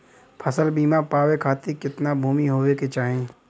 फ़सल बीमा पावे खाती कितना भूमि होवे के चाही?